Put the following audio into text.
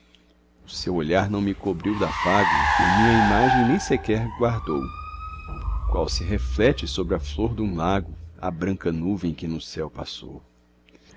o seu olhar não me cobriu dafago e minha imagem nem sequer guardou qual se reflete sobre a flor dum lago a branca nuvem que no céu passou